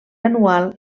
anual